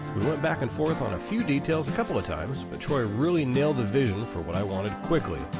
we went back and forth on a few details a couple of times but troy really nailed the vision for what i wanted quickly.